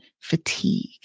fatigue